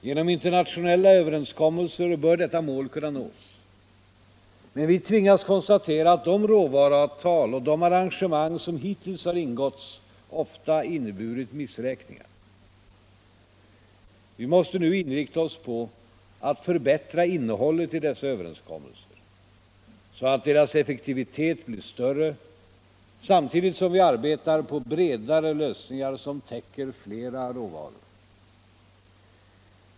Genom internationella överenskommelser bör detta mål kunna nås, men vi tvingas konstatera att de råvaruavtal och arrangemang, som hittills har ingåtts, ofta inneburit missräkningar. Vi måste nu inrikta oss på att förbättra innehållet i dessa överenskommelser, så att deras effektivitet blir större, samtidigt som vi arbetar på bredare lösningar som täcker flera råvaror.